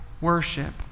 worship